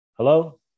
hello